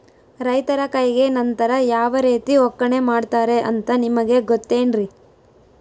ರೈತರ ಕೈಗೆ ನಂತರ ಯಾವ ರೇತಿ ಒಕ್ಕಣೆ ಮಾಡ್ತಾರೆ ಅಂತ ನಿಮಗೆ ಗೊತ್ತೇನ್ರಿ?